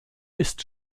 ist